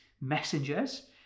messengers